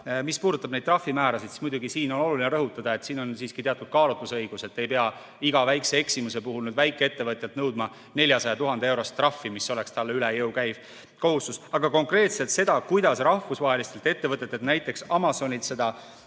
Mis puudutab neid trahvimäärasid, siis muidugi on oluline rõhutada, et siin on teatud kaalutlusõigus, ei pea iga väikese eksimuse puhul väikeettevõtjalt nõudma 400 000‑eurost trahvi, mis oleks talle üle jõu käiv kohustus. Aga konkreetselt seda, kuidas rahvusvahelistelt ettevõtetelt, näiteks Amazonilt, seda